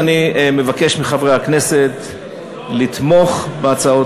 אני מבקש מחברי הכנסת לתמוך בהצעות